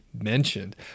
mentioned